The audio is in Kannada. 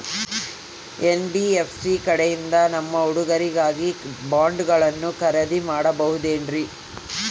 ಎನ್.ಬಿ.ಎಫ್.ಸಿ ಕಡೆಯಿಂದ ನಮ್ಮ ಹುಡುಗರಿಗಾಗಿ ಬಾಂಡುಗಳನ್ನ ಖರೇದಿ ಮಾಡಬಹುದೇನ್ರಿ?